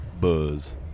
buzz